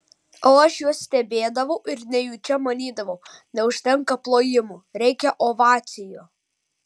o aš juos stebėdavau ir nejučia manydavau neužtenka plojimų reikia ovacijų